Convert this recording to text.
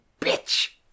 bitch